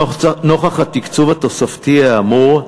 נוכח התקצוב התוספתי האמור,